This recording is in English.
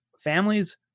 families